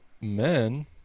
men